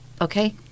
Okay